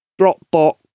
Dropbox